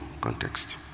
context